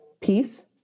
peace